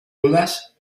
dudas